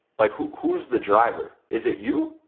like who's the driver? is it you?